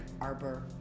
arbor